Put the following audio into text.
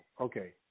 okay